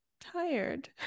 tired